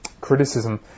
criticism